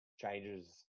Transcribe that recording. changes